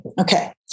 Okay